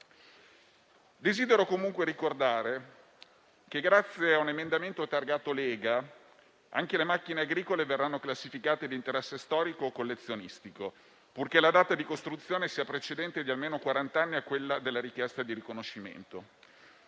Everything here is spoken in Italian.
Desidero comunque ricordare che, grazie a un emendamento targato Lega, anche le macchine agricole verranno classificate di interesse storico o collezionistico, purché la data di costruzione sia precedente di almeno quarant'anni a quella della richiesta di riconoscimento.